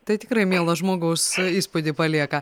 tai tikrai mielo žmogaus įspūdį palieka